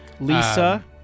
Lisa